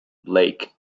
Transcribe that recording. lake